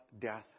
death